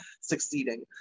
succeeding